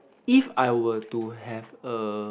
if I were to have a